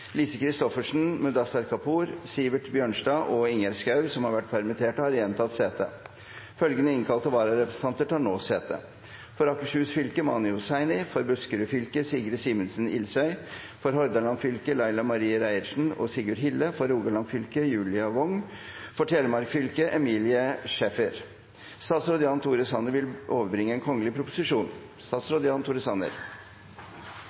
Lise Christoffersen , Mudassar Kapur , Sivert Bjørnstad og Ingjerd Schou , som har vært permittert, har igjen tatt sete. Følgende innkalte vararepresentanter tar nå sete: For Akershus fylke: Mani Hussani For Buskerud fylke: Sigrid Simensen Ilsøy For Hordaland fylke: Laila Marie Reiertsen og Sigurd Hille For Rogaland fylke: Julia Wong For Telemark fylke: Emilie Schäffer Representanten Tore Hagebakken vil